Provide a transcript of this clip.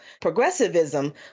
progressivism